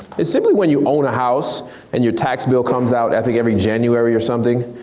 it simple, when you own a house and your tax bill comes out i think every january or something.